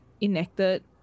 enacted